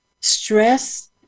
Stress